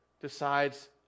decides